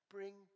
Bring